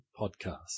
podcast